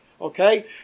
Okay